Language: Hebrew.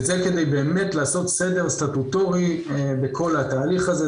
וזה כדי באמת לעשות סדר סטטוטורי בכל התהליך הזה.